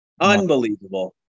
Unbelievable